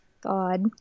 God